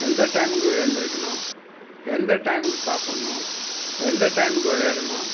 எந்த டைமுக்கு எந்திரிக்கணும் எந்த டைமுக்கு சாப்பிடுணும் எந்த டைமுக்கு விளையாடணும்